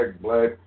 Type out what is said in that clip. black